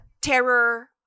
terror